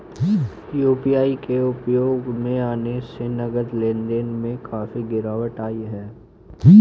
UPI के उपयोग में आने से नगद लेन देन में काफी गिरावट आई हैं